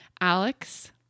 Alex